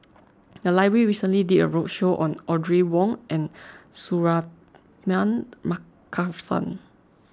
the library recently did a roadshow on Audrey Wong and Suratman Markasan